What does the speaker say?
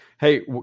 Hey